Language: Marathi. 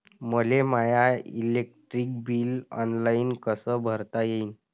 मले माय इलेक्ट्रिक बिल ऑनलाईन कस भरता येईन?